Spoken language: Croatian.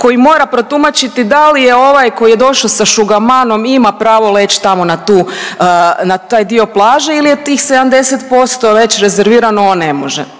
koji mora protumačiti da li je ovaj koji je došao sa šugamanom ima pravo leć tamo na tu, na taj dio plaže il je tih 70% već rezervirano, on ne može,